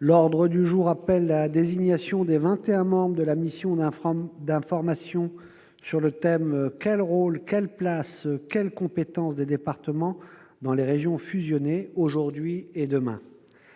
L'ordre du jour appelle la désignation des vingt et un membres de la mission d'information sur le thème :« Quel rôle, quelle place, quelles compétences des départements dans les régions fusionnées, aujourd'hui et demain ?»